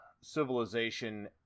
civilization